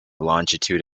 longitude